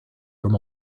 from